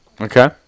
Okay